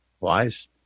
wise